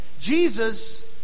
Jesus